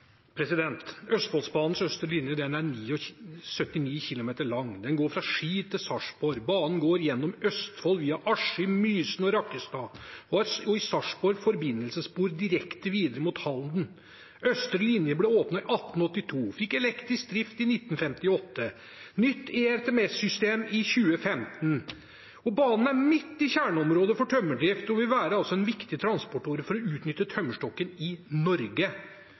er 79 km lang. Den går frå Ski til Sarpsborg. Banen går gjennom Østfold via Askim, Mysen og Rakkestad og har i Sarpsborg forbindelsesspor direkte videre mot Halden. Østre linje ble åpnet i 1882, fikk elektrisk drift i 1958, og fikk nytt ERTMS-system i 2015. Banen er midt i kjerneområdet for tømmerdrift og vil være en viktig transportåre for å utnytte tømmerstokker i Norge.